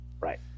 Right